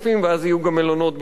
ואז יהיו גם מלונות בהתנחלויות.